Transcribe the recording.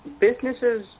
businesses